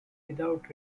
without